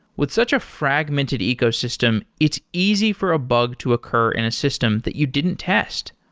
with such a fragmented ecosystem, it's easy for a bug to occur in a system that you didn't test.